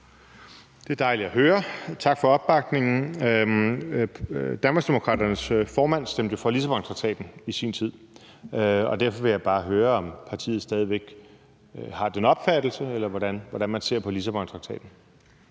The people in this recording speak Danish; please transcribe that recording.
Det er dejligt at høre. Tak for opbakningen. Danmarksdemokraternes formand stemte for Lissabontraktaten i sin tid, og derfor vil jeg bare høre, om partiet stadig væk har den samme opfattelse, eller hvordan man ser på Lissabontraktaten.